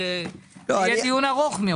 יהיה דיון ארוך.